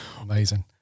Amazing